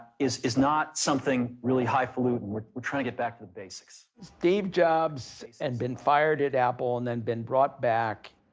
is is not something really highfalutin. we're we're trying to get back to the basics. steve jobs had and been fired at apple and then been brought back.